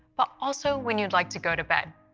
but also when you'd like to go to bed.